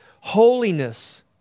Holiness